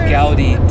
Gaudi